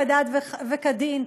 כדת וכדין,